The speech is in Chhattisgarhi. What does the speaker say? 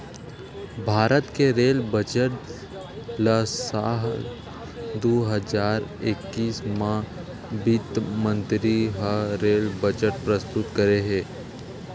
भारत के रेल बजट ल साल दू हजार एक्कीस म बित्त मंतरी ह रेल बजट प्रस्तुत करे हे